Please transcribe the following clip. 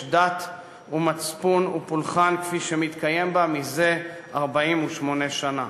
דת ומצפון ופולחן כפי שמתקיים בה זה 48 שנה.